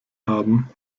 haben